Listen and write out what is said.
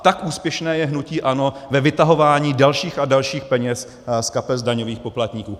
Tak úspěšné je hnutí ANO ve vytahování dalších a dalších peněz z kapes daňových poplatníků.